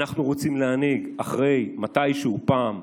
אנחנו רוצים להנהיג אחרי, מתישהו, פעם.